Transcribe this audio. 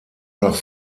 nach